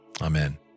Amen